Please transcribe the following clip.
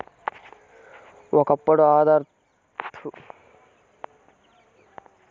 ఒకప్పుడు ఆదార్ తో సంబందం లేకుండా సులువుగా బ్యాంకు కాతాల్ని తెరిసేవాల్లం